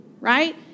right